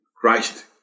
Christ